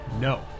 No